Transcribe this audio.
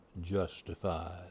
justified